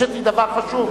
רשת היא דבר חשוב,